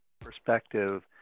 perspective